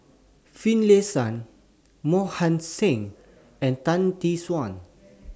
Finlayson Mohan Singh and Tan Tee Suan